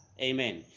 Amen